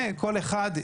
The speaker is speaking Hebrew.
וכל אחד,